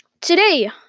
Today